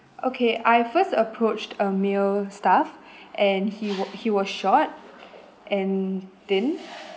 okay I first approached a male staff and he wa~ he was short and thin